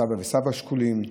סבא וסבתא שכולים.